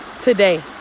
today